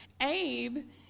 Abe